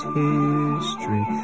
history